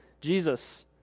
Jesus